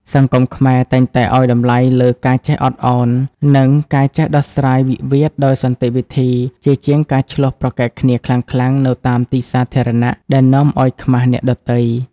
សង្គមខ្មែរតែងតែឱ្យតម្លៃលើ "ការចេះអត់ឱន" និងការចេះដោះស្រាយវិវាទដោយសន្តិវិធី ជាជាងការឈ្លោះប្រកែកគ្នាខ្លាំងៗនៅតាមទីសាធារណៈដែលនាំឱ្យខ្មាសអ្នកដទៃ។